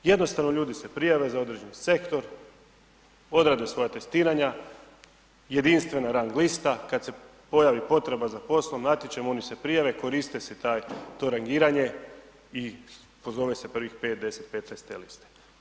Jednostavno ljudi se prijave za određeni sektor, odrade svoja testiranja, jedinstvena rang lista, kada se pojavi potreba za poslom, natječajem, oni se prijave, koristi se to rangiranje i pozove se prvih 5, 10, 15 sa te liste.